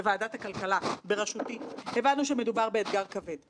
אני יודעת שעל אף הגידול שהוצג במתן אשראי למגזר הזה,